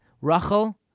Rachel